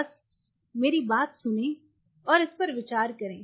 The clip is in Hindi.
बस मेरी बात सुनें और इस पर विचार करें